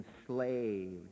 enslaved